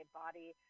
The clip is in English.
body